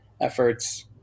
efforts